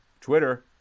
Twitter